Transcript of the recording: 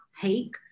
take